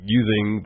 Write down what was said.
using